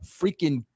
freaking